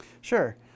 Sure